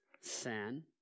sin